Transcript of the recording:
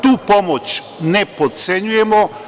Tu pomoć ne potcenjujemo.